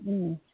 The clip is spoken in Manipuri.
ꯎꯝ